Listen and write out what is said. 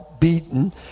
beaten